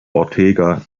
ortega